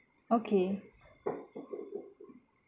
okay